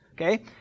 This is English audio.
Okay